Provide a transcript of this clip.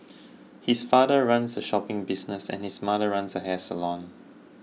his father runs a shopping business and his mother runs a hair salon